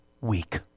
week